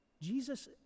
Jesus